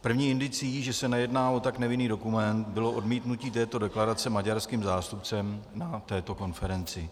První indicií, že se nejedná o tak nevinný dokument, bylo odmítnutí této deklarace maďarským zástupcem na této konferenci.